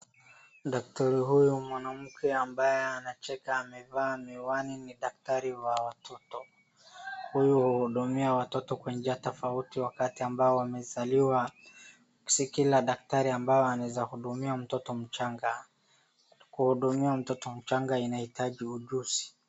Daktari huyu mwanmke ambaye anacheka amevaa miwani ni daktari wa watoto. Huyu huhudumia watoto kwa njia tofauti wakati ambao amezaliwa. Si kila daktari ambao anazeza hudumia mtoto mchanga. Kuhudumia mtoto mchanga inahitaji ujuzi.